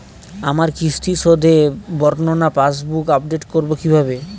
আমার কিস্তি শোধে বর্ণনা পাসবুক আপডেট করব কিভাবে?